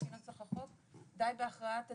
לפי נוסח החוק די בהכרעת הדין,